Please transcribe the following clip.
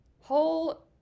whole